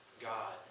God